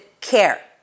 care